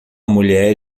mulher